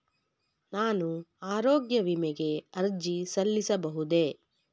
ನಾನು ಆರೋಗ್ಯ ವಿಮೆಗೆ ಅರ್ಜಿ ಸಲ್ಲಿಸಬಹುದೇ?